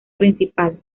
principal